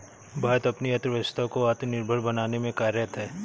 भारत अपनी अर्थव्यवस्था को आत्मनिर्भर बनाने में कार्यरत है